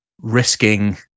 risking